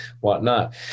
whatnot